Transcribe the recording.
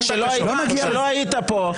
כשלא היית פה,